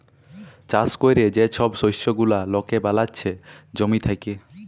চাষ ক্যরে যে ছব শস্য গুলা লকে বালাচ্ছে জমি থ্যাকে